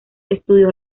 estudios